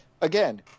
again